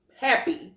happy